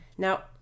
Now